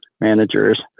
managers